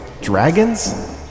Dragons